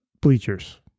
bleachers